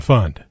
Fund